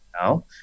now